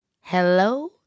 Hello